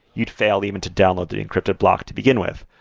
you'd fail even to download the encrypted block to begin with,